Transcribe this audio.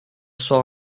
soir